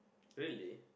really